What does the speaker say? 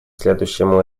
следующему